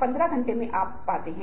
पाठ्यक्रम में उठाए